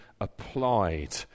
applied